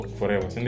forever